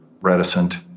reticent